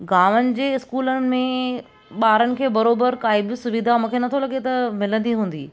गांवनि जे स्कूलनि में ॿारनि खे बराबरि काइ बि सुविधा मूंखे नथो लॻे त मिलंदी हूंदी